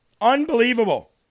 Unbelievable